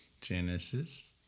Genesis